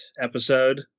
episode